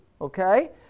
Okay